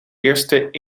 eerste